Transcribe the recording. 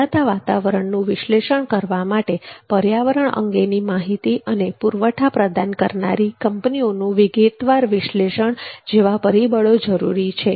બદલાતા વાતાવરણનું વિશ્લેષણ કરવા માટે પર્યાવરણ અંગેની માહિતી અને પુરવઠા પ્રદાન કરનારી કંપનીઓનું વિગતવાર વિશ્લેષણ જેવા પરિબળો જરૂરી છે